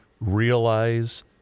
Realize